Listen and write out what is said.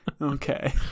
Okay